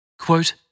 Quote